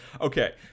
Okay